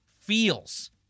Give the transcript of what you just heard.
feels